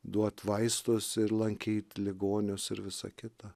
duot vaistus ir lankyt ligonius ir visa kita